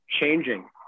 changing